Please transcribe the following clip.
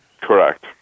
Correct